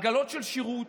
עגלות שירות.